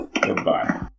Goodbye